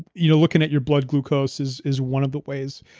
you know looking at your blood glucose is is one of the ways.